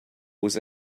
was